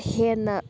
ꯍꯦꯟꯅ